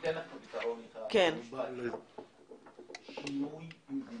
אני אתן לך את הפתרון שינוי מבני.